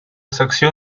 secció